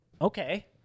Okay